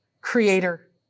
creator